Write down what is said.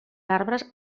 arbres